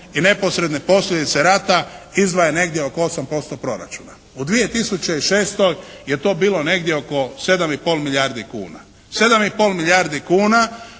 i neposredne posljedice rata izdvaja negdje oko 8% proračuna. U 2006. je to bilo negdje oko 7,5 milijardi kuna. 7,5 milijardi kuna,